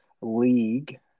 League